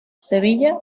sevilla